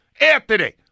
Anthony